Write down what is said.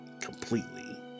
completely